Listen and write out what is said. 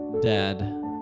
dad